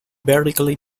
vertically